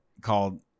called